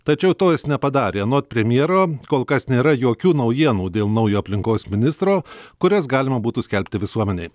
tačiau to jis nepadarė anot premjero kol kas nėra jokių naujienų dėl naujo aplinkos ministro kurias galima būtų skelbti visuomenei